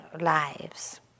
lives